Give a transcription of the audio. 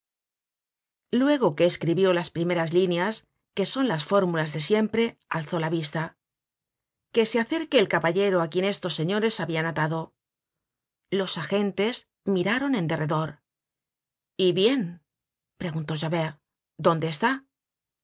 luego que escribió las primeras líneas que son las fórmulas de siempre alzó la vista que se acerque el caballero á quien estos señores habian atado los agentes miraron en derredor y bien preguntó javert dónde está